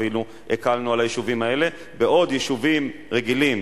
אפילו הקלנו על היישובים האלה: בעוד יישובים רגילים